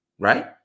Right